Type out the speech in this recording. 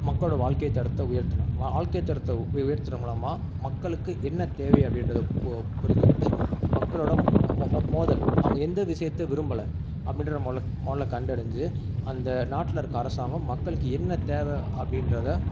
மக்களோடய வாழ்க்கை தரத்தை உயர்த்தணும் வாழ்க்கை தரத்தை உயர்த்துகிறது மூலமாக மக்களுக்கு என்ன தேவை அப்படின்றத பு புரிஞ்சுக்கிட்டு மக்களோடய மோ மோ மோ மோதல் அவங்க எந்த விஷயத்த விரும்பலை அப்படின்றத மொ மொதல்ல கண்டறிஞ்சு அந்த நாட்டில் இருக்க அரசாங்கம் மக்களுக்கு என்ன தேவை அப்படின்றத